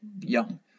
young